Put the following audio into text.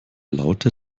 laute